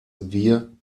wir